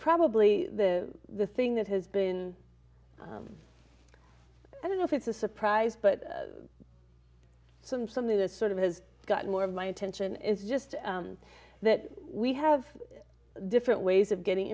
probably the thing that has been i don't know if it's a surprise but some something this sort of has gotten more of my attention is just that we have different ways of getting